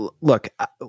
look